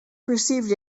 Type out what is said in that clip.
perceived